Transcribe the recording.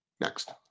Next